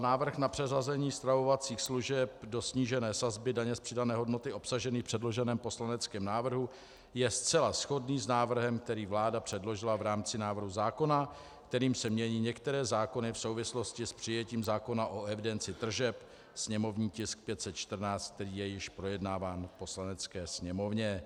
Návrh na přeřazení stravovacích služeb do snížené sazby daně z přidané hodnoty obsažený v předloženém poslaneckém návrhu je zcela shodný s návrhem, který vláda předložila v rámci návrhu zákona, kterým se mění některé zákony v souvislosti s přijetím zákona o evidenci tržeb, sněmovní tisk 514, který je již projednáván v Poslanecké sněmovně.